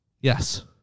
Yes